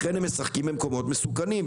לכן הם משחקים במקומות מסוכנים,